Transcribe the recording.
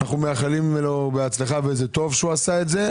אנחנו מאחלים לו בהצלחה וזה טוב שהוא עשה את זה.